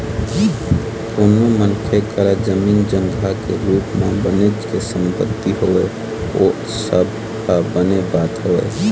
कोनो मनखे करा जमीन जघा के रुप म बनेच के संपत्ति हवय ओ सब ह बने बात हवय